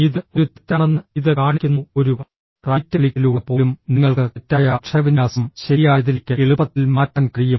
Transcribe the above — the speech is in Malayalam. ഇത് ഒരു തെറ്റാണെന്ന് ഇത് കാണിക്കുന്നു ഒരു റൈറ്റ് ക്ലിക്കിലൂടെ പോലും നിങ്ങൾക്ക് തെറ്റായ അക്ഷരവിന്യാസം ശരിയായതിലേക്ക് എളുപ്പത്തിൽ മാറ്റാൻ കഴിയും